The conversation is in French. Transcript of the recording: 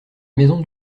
maison